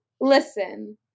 listen